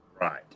Right